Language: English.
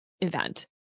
event